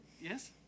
Yes